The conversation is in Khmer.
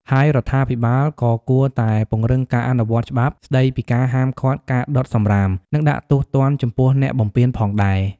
ហើយរដ្ឋាភិបាលក៏គួរតែពង្រឹងការអនុវត្តច្បាប់ស្តីពីការហាមឃាត់ការដុតសំរាម និងដាក់ទោសទណ្ឌចំពោះអ្នកបំពានផងដែរ។